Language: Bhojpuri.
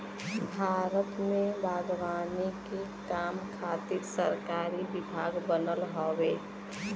भारत में बागवानी के काम खातिर सरकारी विभाग बनल हउवे